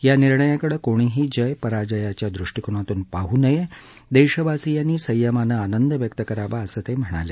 या निर्णयाकडे कोणीही जय पराजयाच्या दृष्टीकोनातून पाहू नये देशवासियांनी संयमानं आनंद व्यक्त करावा असं ते म्हणाले